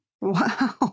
Wow